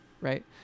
right